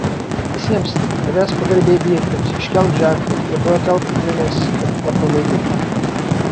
visiems tavęs pagarbiai bijantiems iškelk ženklą prie kurio telktumėmės kad nepralaimėtumėme